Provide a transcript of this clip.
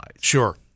Sure